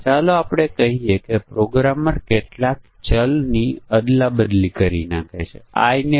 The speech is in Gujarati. તો ચાલો આપણે આ સમસ્યાનું કારણ અસર ગ્રાફ વિકસિત કરવાનો પ્રયાસ કરીએ